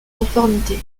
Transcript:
conformité